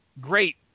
great